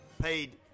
paid